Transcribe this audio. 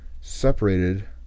separated